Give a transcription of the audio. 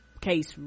case